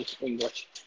English